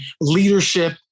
leadership